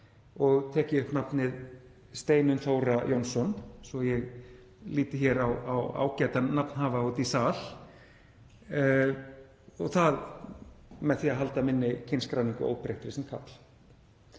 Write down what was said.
og tekið upp nafnið Steinunn Þóra Jónsson, svo ég líti hér á ágætan nafnhafa úti í sal, og það með því að halda minni kynskráningu óbreyttri sem karl.